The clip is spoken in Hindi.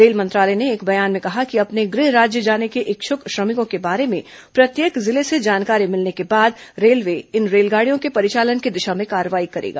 रेल मंत्रालय ने एक बयान में कहा कि अपने गृह राज्य जाने के इच्छुक श्रमिकों के बारे में प्रत्येक जिले से जानकारी मिलने के बाद रेलवे इन रेलगाड़ियों के परिचालन की दिशा में कार्रवाई करेगा